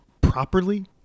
properly